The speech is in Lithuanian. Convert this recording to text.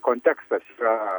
kontekstas yra